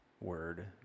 word